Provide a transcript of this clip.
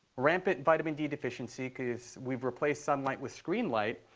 rampant vitamin d deficiency because we've replaced sunlight with screen light.